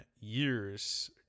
years